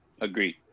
Agreed